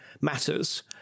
matters